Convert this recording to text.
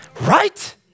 Right